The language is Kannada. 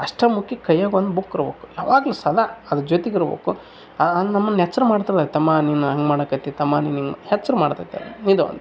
ಅಷ್ಟಮುಖ್ಯ ಕಯ್ಯಾಗೆ ಒಂದು ಬುಕ್ ಇರ್ಬೇಕ್ ಯಾವಾಗಲೂ ಸಲ ಅದು ಜೊತೆಗ್ ಇರ್ಬೇಕು ನಮ್ಮನ್ ಎಚ್ಚರ ಮಾಡ್ತಾವೆ ತಮ್ಮ ನೀನ್ ಹಂಗೆ ಮಾಡಾಕತ್ತಿ ತಮ್ಮ ನಿನ್ನ ಎಚ್ರ್ ಮಾಡ್ತದೆ ಅದು ಇದು ಒಂದು